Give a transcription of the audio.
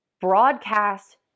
broadcast